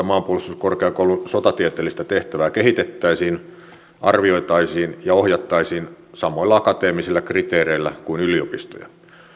maanpuolustuskorkeakoulun sotatieteellistä tehtävää kehitettäisiin arvioitaisiin ja ohjattaisiin samoilla akateemisilla kriteereillä kuin yliopistoja